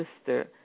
sister